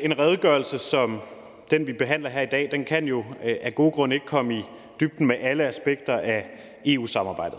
en redegørelse som den, vi behandler her i dag, kan jo af gode grunde ikke komme i dybden med alle aspekter af EU-samarbejdet,